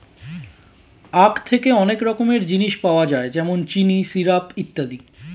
আখ থেকে অনেক রকমের জিনিস পাওয়া যায় যেমন চিনি, সিরাপ ইত্যাদি